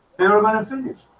they were gonna finish